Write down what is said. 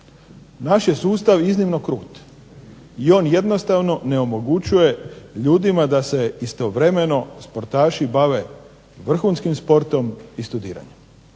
Naš je sustav iznimno krut, i on jednostavno ne omogućuje ljudima da se istovremeno sportaši bave vrhunskim sportom i studiraju.